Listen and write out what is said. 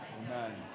amen